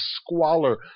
squalor